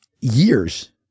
years